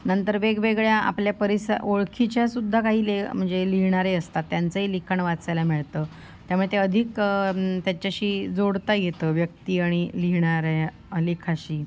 नंतर वेगवेगळ्या आपल्या परिसा ओळखीच्या सुद्धा काही ले म्हणजे लिहिणारे असतात त्यांचंही लिखाण वाचायला मिळतं त्यामुळे ते अधिक त्यांच्याशी जोडता येतं व्यक्ती आणि लिहिणाऱ्या लेखाशी